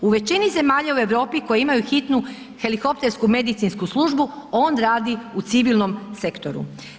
U većini zemalja u Europi koje imaju hitnu helikoptersku medicinsku službu on radi u civilnom sektoru.